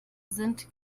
sind